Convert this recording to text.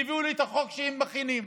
והביאו לי את החוק שהם מכינים.